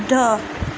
শুদ্ধ